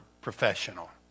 professional